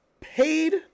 paid